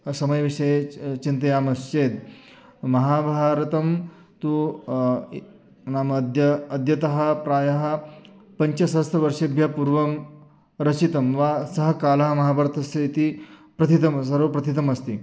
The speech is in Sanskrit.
समयविषये च चिन्तयामश्चेत् महाभारतं तु नाम अद्य अद्यतः प्रायः पञ्चसहस्रवर्षेभ्यः पूर्वं रचितं वा सः कालः महाभातस्य इति प्रथितं सर्वप्रथितमस्ति